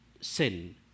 sin